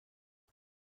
بود